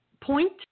point